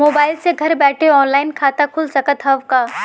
Mobile से घर बैठे ऑनलाइन खाता खुल सकत हव का?